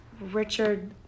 Richard